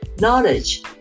knowledge